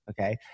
okay